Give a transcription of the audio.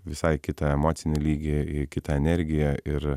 visai kitą emocinį lygį į kitą energiją ir